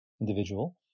individual